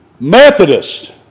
Methodist